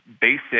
basic